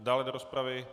Dále do rozpravy?